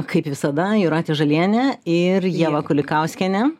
kaip visada jūratė žalienė ir ieva kulikauskienė